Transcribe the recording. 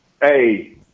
hey